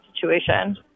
situation